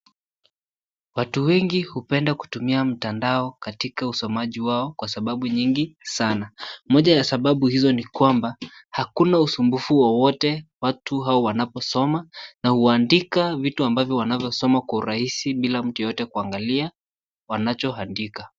Watu wengi hupenda kutumia mtandao katika usomaji wao kwa sababau nyingi sana . Moja ya sababu hizo ni kwamba hakuna usumbufu wowote watu hao wanapo soma na huandika vitu ambavyo wanavyo soma kwa urahisi bila mtu yeyote kuangalia wanacho andika.